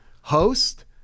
host